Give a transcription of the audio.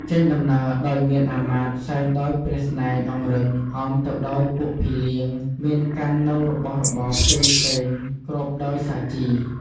ចេញដំណើរដោយមានអាមាត្យ សែងដោយព្រះស្នែងអង្រឹង អមទៅដោយពួកភីលៀង មានកាន់នូវរបស់របរផ្សេងៗ គ្របដោយសាជី។